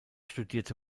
studierte